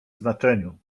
znaczeniu